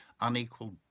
unequal